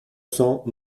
cents